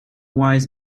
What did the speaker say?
wise